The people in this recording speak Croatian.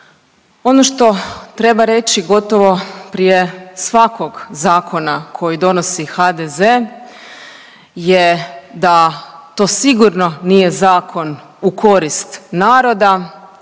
Ono što treba reći gotovo prije svakog zakona koji donosi HDZ je da to sigurno nije zakon u korist naroda,